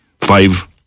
five